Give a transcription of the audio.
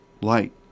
light